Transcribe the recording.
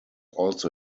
also